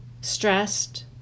stressed